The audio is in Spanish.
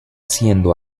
siendo